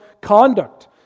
conduct